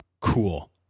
cool